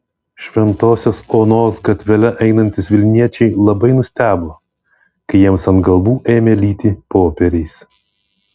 šventosios onos gatvele einantys vilniečiai labai nustebo kai jiems ant galvų ėmė lyti popieriais